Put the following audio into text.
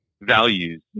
values